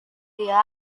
dia